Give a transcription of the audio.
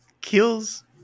Kills